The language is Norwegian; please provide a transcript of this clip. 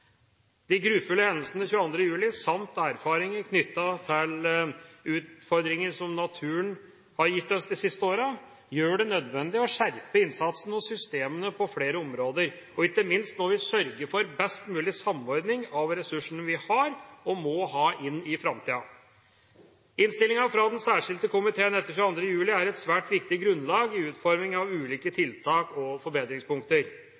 De grufulle hendelsene 22. juli samt erfaringer knyttet til utfordringer som naturen har gitt oss de siste årene, gjør det nødvendig å skjerpe innsatsen og systemene på flere områder. Ikke minst må vi sørge for en best mulig samordning av ressursene vi har, og må ha, inn i framtida. Innstillinga fra den særskilte komiteen etter 22. juli er et svært viktig grunnlag for utforminga av ulike tiltak og forbedringspunkter.